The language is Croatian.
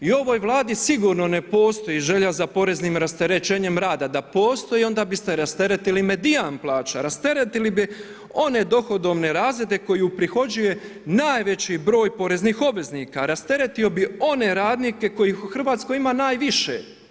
I ovoj Vladi sigurno ne postoji želja za poreznim rasterećenjem rada, da postoji, onda biste rasteretili medijan plaća, rasteretili bi one dohodovne razrede koji uprihođuje najveći broj poreznih obveznika, rasteretio bi one radnike kojih u Hrvatskoj ima najviše.